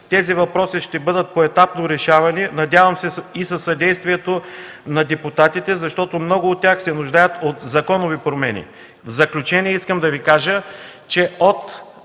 Тези въпроси ще бъдат поетапно решавани, надявам се и със съдействието на депутатите, защото много от тях се нуждаят от законови промени. В заключение искам да Ви кажа, че от